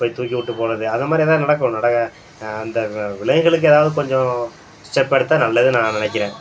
போய் தூக்கி விட்டு போறது அதை மாதிரி எதாது நடக்கும் நடக அந்த விலங்குகளுக்கு ஏதாவது கொஞ்சம் ஸ்டெப் எடுத்தால் நல்லதுன்னு நான் நினைக்கிறேன்